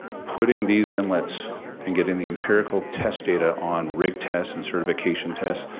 putting these inlets and getting the empirical test data on rig test and certification test,